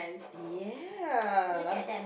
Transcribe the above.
ya